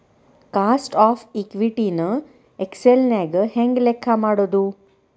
Cost of equity ನ Excel ನ್ಯಾಗ ಹೆಂಗ್ ಲೆಕ್ಕಾ ಮಾಡೊದು?